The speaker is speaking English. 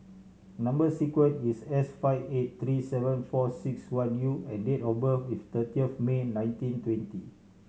number sequence is S five eight three seven four six one U and date of birth is thirtieth May nineteen twenty